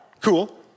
cool